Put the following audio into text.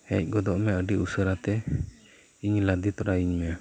ᱦᱮᱡ ᱜᱚᱫᱚᱜ ᱢᱮ ᱟᱰᱤ ᱩᱥᱟᱹᱨᱟᱛᱮ ᱤᱧ ᱞᱟᱫᱮ ᱛᱚᱨᱟᱭᱤᱧ ᱢᱮ